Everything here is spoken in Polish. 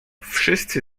wszyscy